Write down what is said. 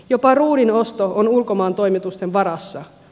jopa ruudin osto on ulkomaantoimitusten varassa